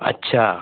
अच्छा